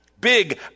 Big